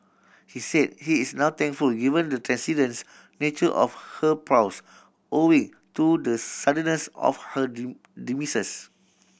he said he is now thankful given the transcendent's nature of her prose owing to the suddenness of her demise